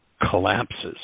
collapses